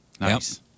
Nice